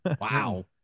Wow